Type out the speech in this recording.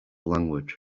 language